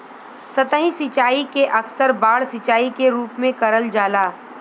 सतही सिंचाई के अक्सर बाढ़ सिंचाई के रूप में करल जाला